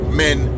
men